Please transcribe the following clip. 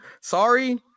sorry